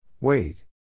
Wait